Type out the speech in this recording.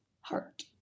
Heart